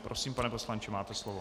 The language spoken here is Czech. Prosím, pane poslanče, máte slovo.